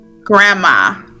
Grandma